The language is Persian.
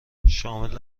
شامل